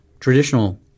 traditional